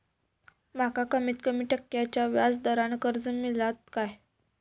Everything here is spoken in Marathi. माका कमीत कमी टक्क्याच्या व्याज दरान कर्ज मेलात काय?